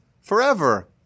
forever